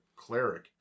Cleric